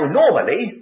normally